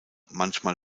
manchmal